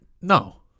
No